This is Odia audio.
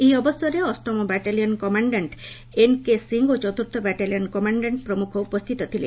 ଏହି ଅବସରରେ ଅଷ୍ଟମ ବାଟାଲିୟନ କମାଣ୍ଡାଣ୍ଟ ଏନକେ ସିଂ ଓ ଚତୁର୍ଥ ବାଟାଲିୟନ କମାଶ୍ତାକ୍କ ପ୍ରମୁଖ ଉପସ୍ଥିତ ଥିଲେ